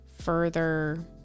further